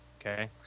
okay